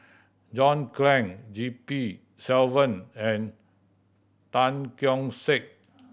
John Clang G P Selvam and Tan Keong Saik